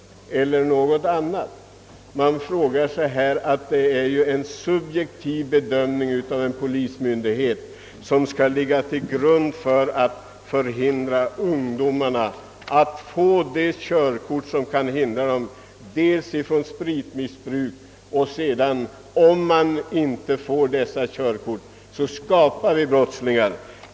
Det är här fråga om en subjektiv bedömning av polismyndighet som skall ligga till grund för att förhindra ungdomar från att få det körkort som kan avhålla dem från t.ex. spritmissbruk. Får de inte körkort skapar detta förutsättningar för brottslighet.